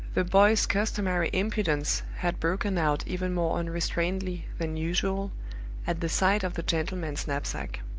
the boy's customary impudence had broken out even more unrestrainedly than usual at the sight of the gentleman's knapsack.